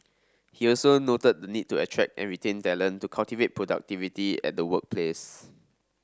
he also noted the need to attract and retain talent to cultivate productivity at the workplace